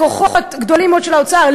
בכוחות גדולים מאוד של האוצר,